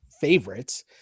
favorites